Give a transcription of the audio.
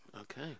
Okay